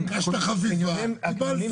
ביקשת חפיפה קיבלת.